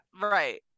right